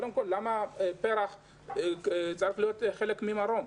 למה פר"ח צריך להיות חלק ממרום?